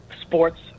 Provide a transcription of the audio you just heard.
sports